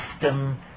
system